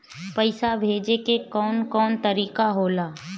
पइसा भेजे के कौन कोन तरीका होला?